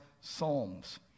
psalms